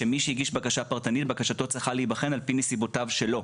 שמי שהגיש בקשה פרטנית בקשתו צריכה להיבחן על פי נסיבותיו שלו.